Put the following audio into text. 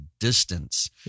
distance